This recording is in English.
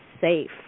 safe